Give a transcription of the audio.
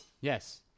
Yes